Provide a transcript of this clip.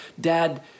dad